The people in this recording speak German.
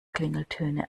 klingeltöne